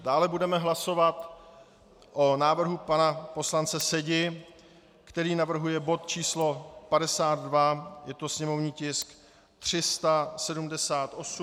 Dále budeme hlasovat o návrhu pana poslance Sedi, který navrhuje bod č. 52, je to sněmovní tisk 378.